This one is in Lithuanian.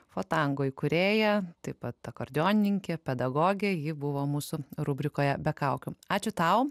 fatango įkūrėja taip pat akordeonininkė pedagogė ji buvo mūsų rubrikoje be kaukių ačiū tau